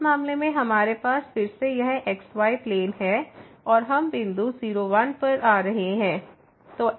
तो इस मामले में हमारे पास फिर से यह xy प्लेन है और हम बिंदु 0 1 पर आ रहे हैं